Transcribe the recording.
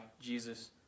Jesus